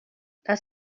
dass